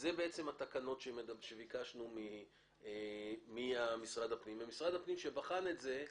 אלה בעצם התקנות שביקשנו ממשרד הפנים ומשרד הפנים שבחן את זה,